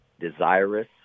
desirous